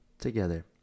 together